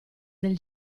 del